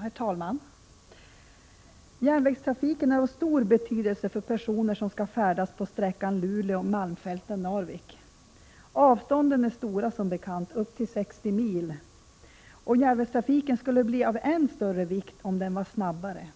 Herr talman! Järnvägstrafiken är av stor betydelse för personer som skall färdas på sträckan Luleå —malmfälten— Narvik. Avstånden är stora, upp till 60 mil, och det är då av största vikt att järnvägstrafiken är snabb och effektiv.